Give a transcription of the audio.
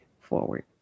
forward